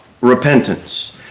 repentance